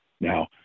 Now